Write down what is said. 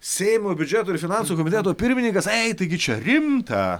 seimo biudžeto ir finansų komiteto pirmininkas ėj taigi čia rimta